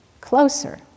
closer